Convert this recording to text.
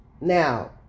Now